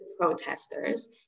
protesters